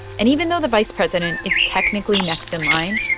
and even though the vice president is technically next in line,